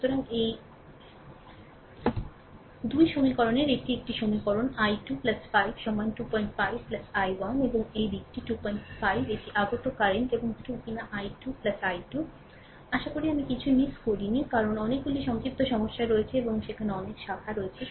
সুতরাং এই 2 সমীকরণটি এটি একটি সমীকরণ i 2 5 সমান 25 i 1 এবং এই দিকটি 25 এটি আগত কারেন্ট এবং 2 কিনা i 2 i 2 আশা করি আমি কিছুই মিস করিনি কারণ অনেকগুলি সংক্ষিপ্ত সমস্যা আছে সেখানে অনেক শাখা আছে